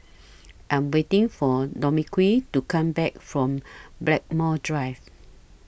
I Am waiting For Dominique to Come Back from Blackmore Drive